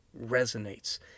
resonates